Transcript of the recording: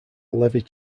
levi